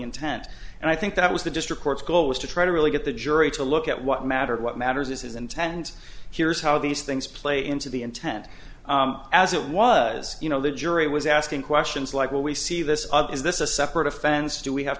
intent and i think that was the district court's goal was to try to really get the jury to look at what mattered what matters is his intent here's how these things play into the intent as it was you know the jury was asking questions like will we see this is this a separate offense do we have